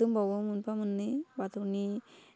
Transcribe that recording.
दंबावो मोनफा मोन्नै बाथौनि